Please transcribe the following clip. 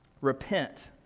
Repent